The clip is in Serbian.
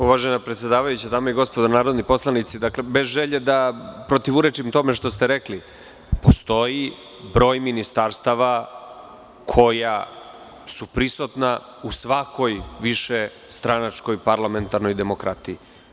Uvažena predsedavajuća, dame i gospodo narodni poslanici, bez želje da protivurečim tome što ste rekli, postoji broj ministarstava koja su prisutna u svakoj višestranačkoj parlamentarnoj demokratiji.